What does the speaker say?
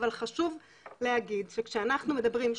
אבל חשוב להגיד שכשאנחנו מדברים,